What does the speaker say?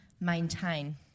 maintain